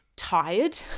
tired